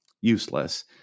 useless